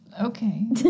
Okay